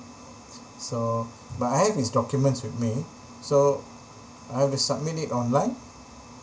so but I have his documents with me so I have to submit it online